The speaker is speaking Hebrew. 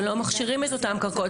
שלא מכשירים את אותם קרקעות.